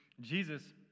Jesus